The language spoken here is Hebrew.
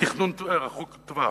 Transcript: בתכנון ארוך-טווח.